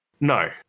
No